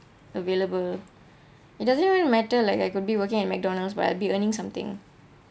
available it doesn't even matter like I could be working at McDonald's but I'd be earning something